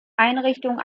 einrichtung